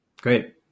Great